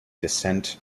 descent